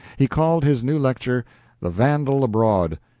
he called his new lecture the vandal abroad,